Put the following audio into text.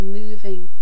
moving